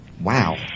Wow